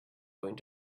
going